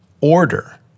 order